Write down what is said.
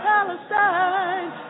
Palestine